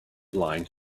line